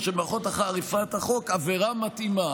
של מערכות אכיפת החוק עבירה מתאימה.